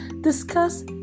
discuss